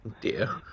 dear